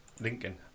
Lincoln